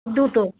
দুটো